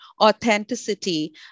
authenticity